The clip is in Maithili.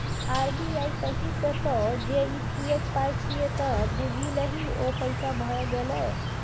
आर.बी.आई कहि देतौ जे ई फिएट पाय छियै त बुझि लही ओ पैसे भए गेलै